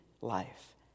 life